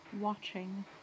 watching